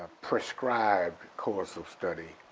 proscribed course of study.